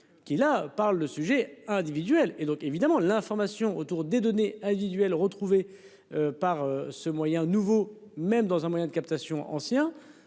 Qui la parle de sujet individuelle et donc évidemment l'information autour des données individuelles. Par ce moyen nouveau même dans un moyen de captation ancien